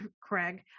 Craig